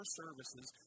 services